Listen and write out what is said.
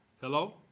Hello